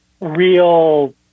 real